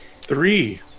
three